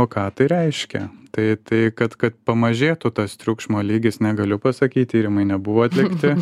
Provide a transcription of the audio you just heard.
o ką tai reiškia tai tai kad kad pamažėtų tas triukšmo lygis negaliu pasakyti tyrimai nebuvo atlikti